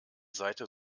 seite